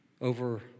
over